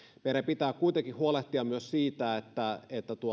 meidän pitää kuitenkin huolehtia myös siitä että